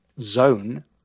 zone